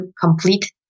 complete